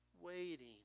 waiting